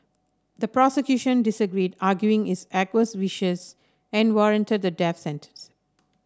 the prosecution disagreed arguing is act was vicious and warranted the death sentence